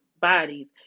bodies